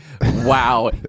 wow